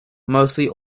mostly